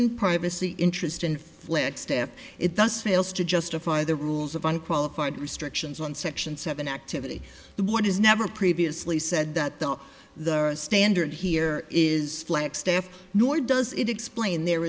and privacy interest in flagstaff it does fails to justify the rules of unqualified restrictions on section seven activity the board has never previously said that though the standard here is flagstaff nor does it explain there